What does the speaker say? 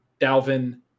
Dalvin